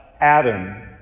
Adam